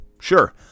Sure